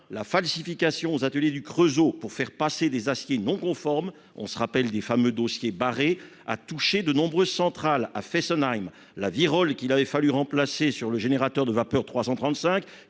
la falsification commise aux ateliers du Creusot pour faire passer des aciers non conformes- on se souvient des fameux dossiers barrés -a touché de nombreuses centrales : à Fessenheim, la virole, qu'il avait fallu remplacer sur le générateur de vapeur n° 335,